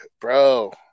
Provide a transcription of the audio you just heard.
bro